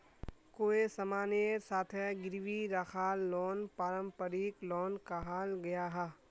कोए सामानेर साथे गिरवी राखाल लोन पारंपरिक लोन कहाल गयाहा